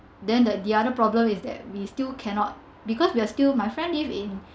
then the the other problem is that we still cannot because we are still my friend live in